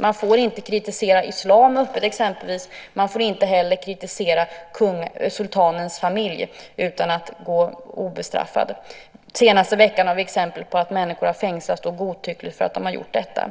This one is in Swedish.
Man får exempelvis inte kritisera islam öppet och man får inte heller kritisera sultanens familj och gå obestraffad. Den senaste veckan har vi sett exempel på att människor har fängslats godtyckligt för att de har gjort detta.